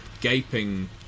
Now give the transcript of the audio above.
gaping